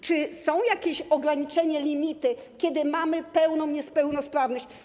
Czy są jakieś ograniczenia, limity, kiedy mamy pełną niepełnosprawność?